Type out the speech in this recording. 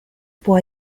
può